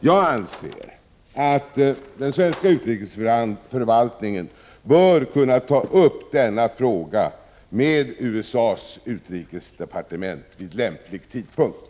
Jag anser att den svenska utrikesförvaltningen bör kunna ta upp denna fråga med USA:s utrikesdepartement vid lämplig tidpunkt.